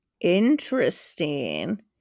Interesting